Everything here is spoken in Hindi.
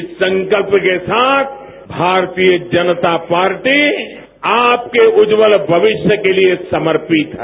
इस संकल्प के साथ भारतीय जनता पार्टी के आपके उज्ज्वल भविष्य के लिए समर्पित है